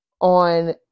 on